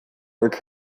what